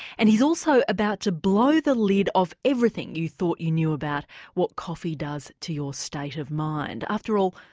and he's also about to blow the lid off everything you thought you knew about what coffee does to your state of mind. after all,